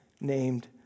named